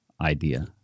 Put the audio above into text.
idea